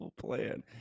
plan